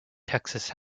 texas